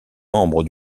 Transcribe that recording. membre